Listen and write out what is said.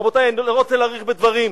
רבותי, אני לא רוצה להאריך בדברים.